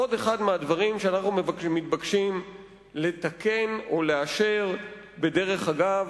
עוד אחד מהדברים שאנחנו מתבקשים לתקן או לאשר בדרך אגב,